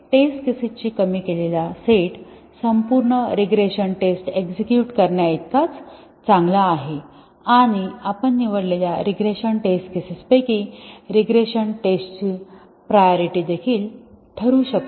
तर टेस्ट केसेसचा कमी केलेला सेट संपूर्ण रीग्रेशन टेस्ट एक्झेक्युट करण्या इतकाच चांगला आहे आणि आपण निवडलेल्या रीग्रेशन टेस्ट केसेस पैकी रीग्रेशन टेस्टची प्रायोरिटी देखील ठरू शकते